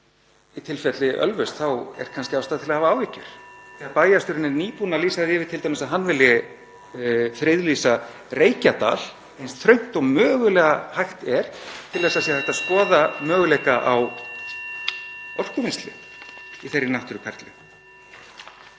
Í tilfelli Ölfuss þá er kannski ástæða til að hafa áhyggjur því að bæjarstjórinn er nýbúinn að lýsa því yfir t.d. að hann vilji friðlýsa Reykjadal eins þröngt og mögulega er hægt til að hægt sé að skoða möguleika á orkuvinnslu í þeirri náttúruperlu.